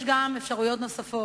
יש גם אפשרויות נוספות: